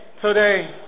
today